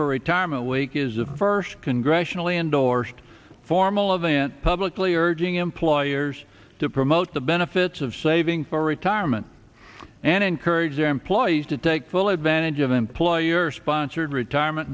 for retirement week is a first congressionally endorsed formal event publicly urging employers to promote the benefits of saving for retirement and encourage employees to take full advantage of employer sponsored